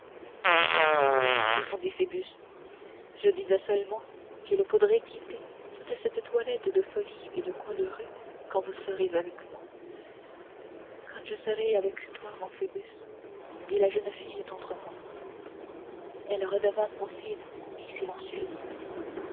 rien répondit phoebus je disais seulement qu'il faudrait quitter toute cette toilette de folie et de coin de rue quand vous serez avec moi quand je serai avec toi mon phoebus dit la jeune fille tendrement elle redevint pensive et silencieuse